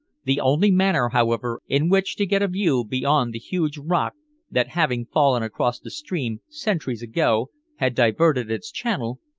the only manner, however, in which to get a view beyond the huge rock that, having fallen across the stream centuries ago, had diverted its channel,